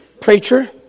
Preacher